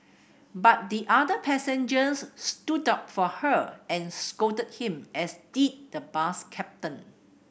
but the other passengers stood up for her and scolded him as did the bus captain